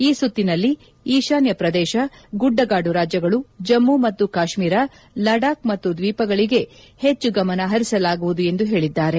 ಈ ಸುತ್ತಿನಲ್ಲಿ ಈತಾನ್ನ ಪ್ರದೇಶ ಗುಡ್ಡಗಾಡು ರಾಜ್ಲಗಳು ಜಮ್ಮು ಮತ್ತು ಕಾಶ್ನೀರ ಲಡಾಖ್ ಮತ್ತು ದ್ವೀಪಗಳಗೆ ಹೆಚ್ಚು ಗಮನ ಹರಿಸಲಾಗುವುದು ಎಂದು ಹೇಳಿದ್ದಾರೆ